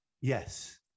Yes